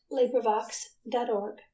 LibriVox.org